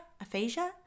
aphasia